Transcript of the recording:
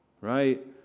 Right